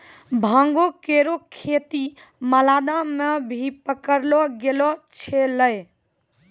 भांगो केरो खेती मालदा म भी पकड़लो गेलो छेलय